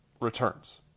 returns